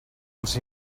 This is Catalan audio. els